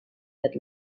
that